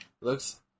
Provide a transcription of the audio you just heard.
Looks